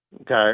Okay